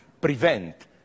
prevent